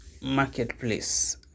Marketplace